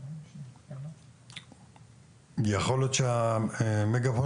כי התערבנו בזה ביחד,